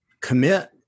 commit